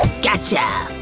gotcha!